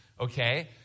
okay